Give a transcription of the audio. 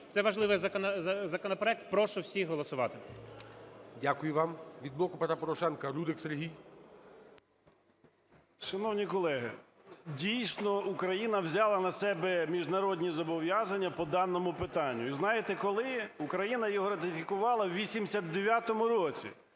Це важливий законопроект. Прошу всіх голосувати. ГОЛОВУЮЧИЙ. Дякую вам. Від "Блоку Петра Порошенка" Рудик Сергій. 16:51:35 РУДИК С.Я. Шановні колеги, дійсно, Україна взяла на себе міжнародні зобов'язання по даному питанню. І знаєте, коли? Україна його ратифікувала у 89-му році.